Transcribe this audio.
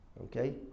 Okay